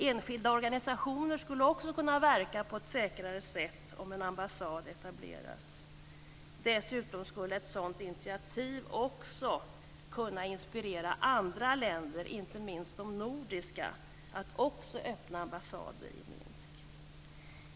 Enskilda organisationer skulle också kunna verka på ett säkrare sätt om en ambassad etablerades. Dessutom skulle ett sådant initiativ också kunna inspirera andra länder, inte minst de nordiska, att också öppna ambassader i Minsk.